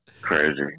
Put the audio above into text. Crazy